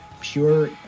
pure